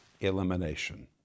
elimination